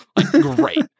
Great